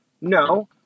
No